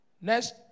Next